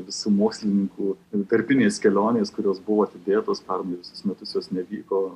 visų mokslininkų darbinės kelionės kurios buvo atidėtos pernai visus metus jos nevyko